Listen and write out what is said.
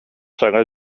саҥа